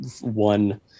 one